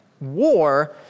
war